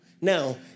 now